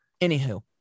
Anywho